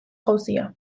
jauzia